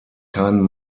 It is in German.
keinen